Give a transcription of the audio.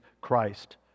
Christ